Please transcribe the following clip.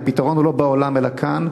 הפתרון הוא לא בעולם אלא כאן.